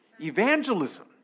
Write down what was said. Evangelism